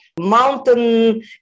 mountain